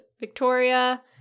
victoria